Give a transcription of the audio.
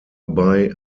bei